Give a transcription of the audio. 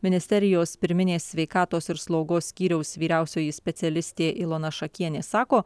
ministerijos pirminės sveikatos ir slaugos skyriaus vyriausioji specialistė ilona šakienė sako